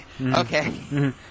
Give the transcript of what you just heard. okay